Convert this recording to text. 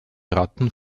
ratten